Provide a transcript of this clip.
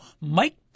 Mike